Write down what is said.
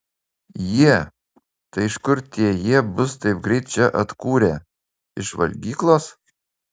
jie tai iš kur tie jie bus taip greit čia atkūrę iš valgyklos